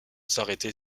s’arrêter